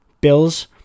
Bills